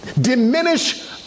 diminish